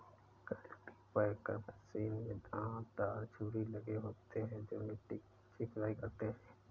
cultipacker machine में दांत दार छुरी लगे होते हैं जो मिट्टी की अच्छी खुदाई करते हैं